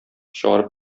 чыгарып